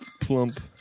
Plump